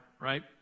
right